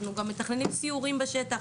אנחנו גם מתכננים סיורים בשטח,